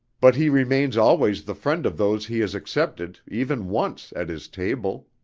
but he remains always the friend of those he has accepted, even once, at his table.